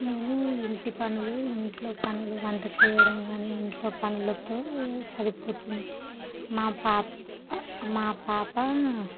నేను ఇంటి పనులు ఇంట్లో పనులు వంట చేయడం కానీ ఇంట్లో పనులతో సరిపోతుంది మా పాప్ మా పాప